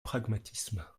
pragmatisme